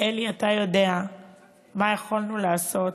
אתה יודע, אלי, מה יכולנו לעשות